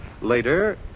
Later